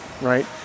right